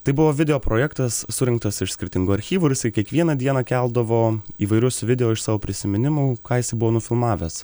tai buvo video projektas surinktas iš skirtingų archyvų ir jisai kiekvieną dieną keldavo įvairius video iš savo prisiminimų ką jisai buvo nufilmavęs